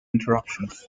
interruptions